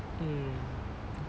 mm